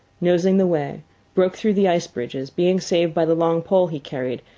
nosing the way broke through the ice bridges, being saved by the long pole he carried,